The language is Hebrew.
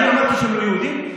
אני אמרתי שהם לא יהודים?